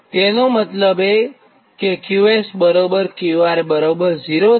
તેનો મતલબ કે QSQR0 થાય